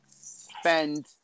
spend